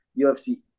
UFC